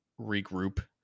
regroup